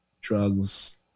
drugs